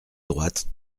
droite